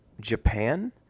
Japan